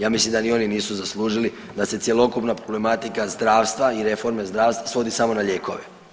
Ja mislim da ni oni nisu zaslužili da se cjelokupna problematika zdravstva i reforme zdravstva svodi samo na lijekove.